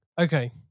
Okay